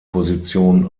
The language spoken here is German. position